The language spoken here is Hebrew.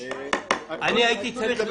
אני הייתי צריך לאיים,